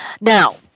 Now